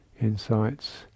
insights